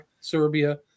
Serbia